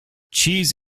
cheese